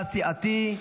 הסיעתי.